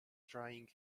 trying